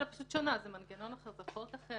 ההצעה שלה פשוט שונה: זה מנגנון אחר, זה בחוק אחר